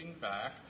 back